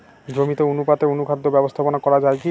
জমিতে অনুপাতে অনুখাদ্য ব্যবস্থাপনা করা য়ায় কি?